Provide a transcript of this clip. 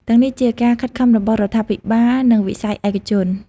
ទាំងនេះជាការខិតខំរបស់រដ្ឋាភិបាលនិងវិស័យឯកជន។